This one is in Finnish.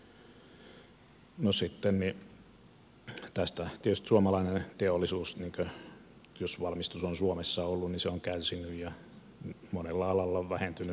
no tästä tietysti suomalainen teollisuus jos valmistus on suomessa ollut on kärsinyt ja monella alalla on vähentynyt